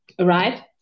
Right